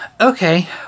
Okay